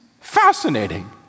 fascinating